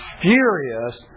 furious